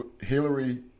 Hillary